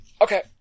Okay